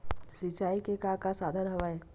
सिंचाई के का का साधन हवय?